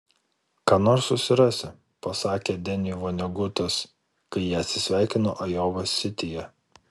ką nors susirasi pasakė deniui vonegutas kai jie atsisveikino ajova sityje